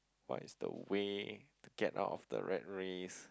what is the way to get out of the rat race